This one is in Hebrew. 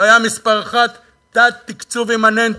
בעיה מס' 1: תת-תקצוב אימננטי,